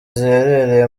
ziherereye